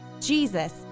Jesus